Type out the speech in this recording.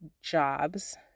jobs